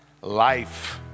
life